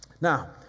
Now